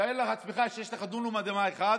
תאר לעצמך שיש לך דונם אדמה אחד,